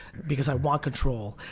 because i want control.